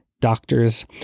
doctors